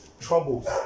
troubles